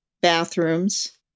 bathrooms